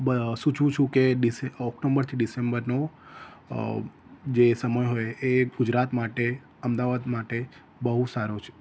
સૂચવું છું કે ડીસ ઓક્ટોબરથી ડિસેમ્બરનો જે સમય હોય એ ગુજરાત માટે અમદાવાદ માટે બહુ સારો છે